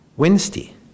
Wednesday